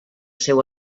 seu